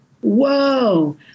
Whoa